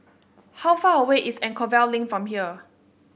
how far away is Anchorvale Link from here